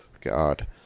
God